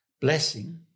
blessing